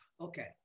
Okay